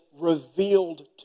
revealed